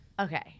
Okay